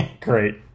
Great